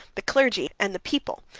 the clergy, and the people,